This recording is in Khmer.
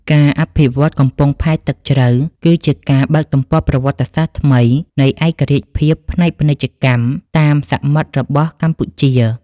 ការអភិវឌ្ឍកំពង់ផែទឹកជ្រៅ គឺជាការបើកទំព័រប្រវត្តិសាស្ត្រថ្មីនៃឯករាជ្យភាពផ្នែកពាណិជ្ជកម្មតាមសមុទ្ររបស់កម្ពុជា។